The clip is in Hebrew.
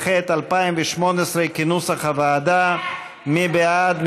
התשע"ח 2018, כנוסח הוועדה, מי בעד?